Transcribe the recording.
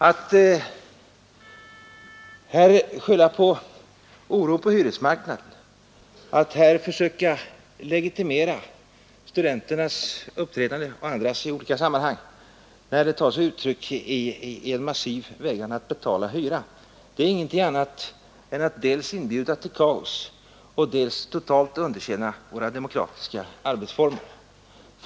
Att skylla på oro på hyresmarknaden och försöka legitimera studenternas uppträdande när det tar sig uttryck i en massiv vägran att betala hyra är ingenting annat än att dels inbjuda till kaos, dels totalt underkänna våra demokratiska arbetsformer.